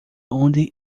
onde